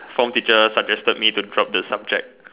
form teacher suggested me to drop the subject